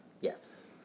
Yes